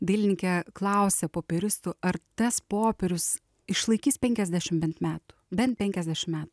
dailininkė klausė popieristų ar tas popierius išlaikys penkiasdešimt bent metų bent penkiasdešim metų